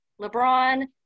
LeBron